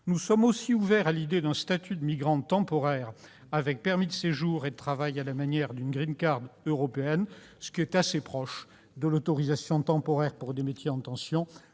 Nous sommes également ouverts à l'idée d'un statut de migrant temporaire avec permis de séjour et de travail, à la manière d'une européenne, assez similaire à l'autorisation temporaire pour les métiers en tension